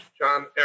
John